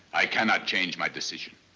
i cannot change my decision.